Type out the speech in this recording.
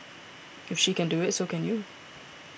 if she can do it so can you